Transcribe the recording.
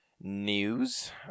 news